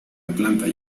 atlanta